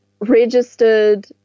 registered